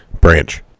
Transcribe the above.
Branch